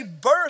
birth